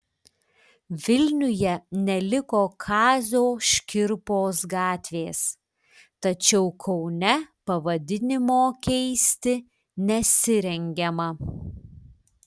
vilniuje neliko kazio škirpos gatvės tačiau kaune pavadinimo keisti nesirengiama